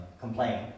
complain